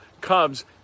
Cubs